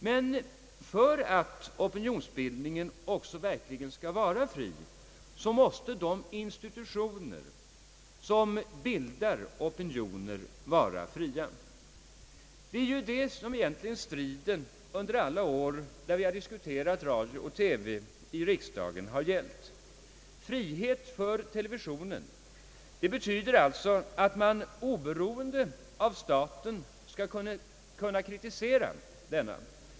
Men för att opinionsbildningen också verkligen skall vara fri måste de institutioner som bildar opinionen vara fria. Det är ju egentligen det som striden under alla år har gällt när vi har diskuterat radio och TV i riksdagen. Frihet för televisionen betyder alltså att man oberoende av staten skall kunna kritisera denna.